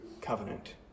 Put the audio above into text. covenant